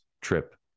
trip